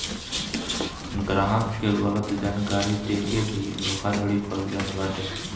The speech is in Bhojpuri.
ग्राहक के गलत जानकारी देके के भी धोखाधड़ी कईल जात बाटे